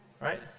right